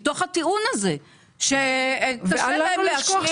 מתוך הטיעון הזה שקשה להם להשלים.